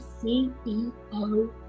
CEO